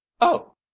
Oh